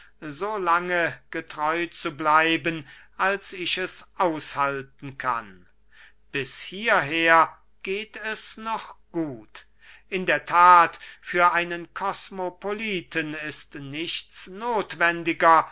so lange getreu zu bleiben als ich es aushalten kann bis hierher geht es noch gut in der that für einen kosmopoliten ist nichts nothwendiger